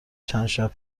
چندشب